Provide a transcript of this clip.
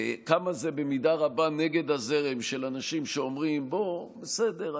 כמה זה במידה רבה נגד הזרם של אנשים שאומרים: בסדר,